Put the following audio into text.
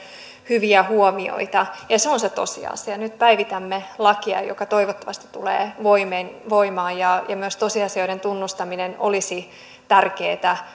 hyviä huomioita se on se tosiasia nyt päivitämme lakia joka toivottavasti tulee voimaan myös tosiasioiden tunnustaminen olisi tärkeätä